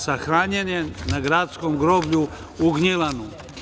Sahranjen je na gradskom groblju u Gnjilanu.